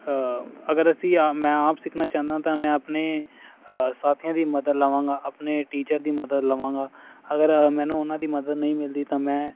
ਅਗਰ ਅਸੀਂ ਆਪ ਮੈਂ ਆਪ ਸਿੱਖਣਾ ਚਾਹੁੰਦਾ ਤਾਂ ਮੈਂ ਆਪਣੇ ਸਾਥੀਆਂ ਦੀ ਮਦਦ ਲਵਾਂਗਾਂ ਆਪਣੇ ਟੀਚਰ ਦੀ ਮਦਦ ਲਵਾਂਗਾਂ ਅਗਰ ਮੈਨੂੰ ਉਨ੍ਹਾਂ ਦੀ ਮਦਦ ਨਹੀਂ ਮਿਲਦੀ ਤਾਂ ਮੈਂ